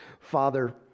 Father